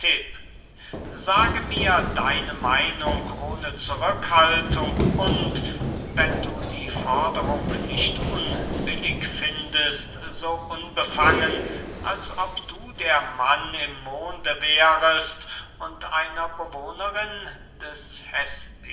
sage mir deine meinung ohne zurückhaltung und wenn du die forderung nicht unbillig findest so unbefangen als ob du der mann im monde wärest und einer bewohnerin des